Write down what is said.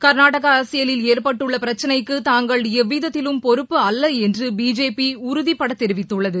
கர்நாடக அரசியலில் ஏற்பட்டுள்ள பிரச்சனைக்கு தாங்கள் எவ்விதத்திலும் பொறுப்பல்ல என்று பிஜேபி உறுதிபட தெரிவித்துள்ளது